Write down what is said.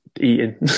eating